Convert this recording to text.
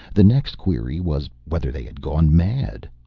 the next query was whether they had gone mad.